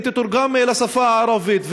היא תתורגם לשפה הערבית.